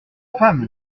femme